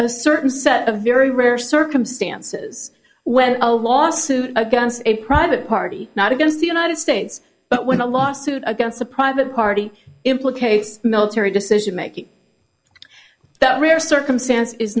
a certain set of very rare circumstances when a lawsuit against a private party not against the united states but when a lawsuit against a private party implicates military decision making that rare circumstance is